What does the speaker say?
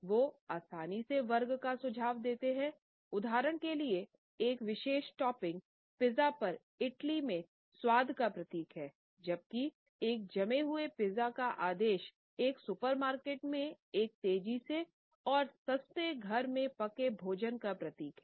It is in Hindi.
वो आसानी से वर्ग का सुझाव देते है उदाहरण के लिए एक विशेष टॉपिंग पिज्जा पर इटली में स्वाद का प्रतीक हैं जबकि एक जमे हुए पिज्जा का आदेश एक सुपरमार्केट में एक तेजी से और सस्ते घर में पके भोजन का प्रतीक हैं